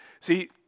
See